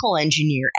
engineer